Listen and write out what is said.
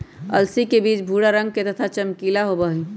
अलसी के बीज भूरा रंग के तथा चमकीला होबा हई